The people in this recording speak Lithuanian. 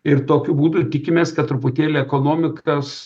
ir tokiu būdu tikimės kad truputėlį ekonomikas